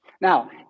Now